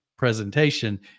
presentation